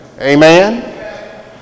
Amen